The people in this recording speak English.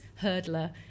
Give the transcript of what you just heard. hurdler